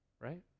Right